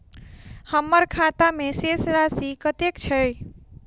हम्मर खाता मे शेष राशि कतेक छैय?